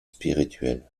spirituel